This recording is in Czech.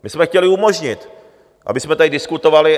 My jsme chtěli umožnit, abychom tady diskutovali.